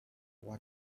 what